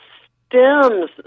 stems